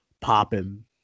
popping